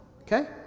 okay